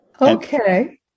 Okay